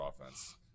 offense